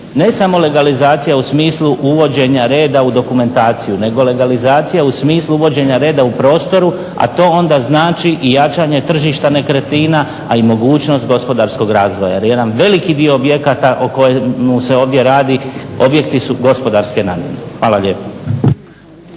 ne samo legalizacija u smislu uvođenja reda u dokumentaciju nego legalizacija u smislu uvođenja reda u prostoru, a to onda znači i jačanje tržišta nekretnina, a i mogućnost gospodarskog razvoja jer jedan veliki dio objekata o kojima se ovdje radi objekti su gospodarske namjene. Hvala lijepo.